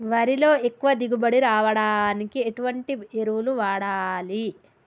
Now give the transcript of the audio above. వరిలో ఎక్కువ దిగుబడి రావడానికి ఎటువంటి ఎరువులు వాడాలి?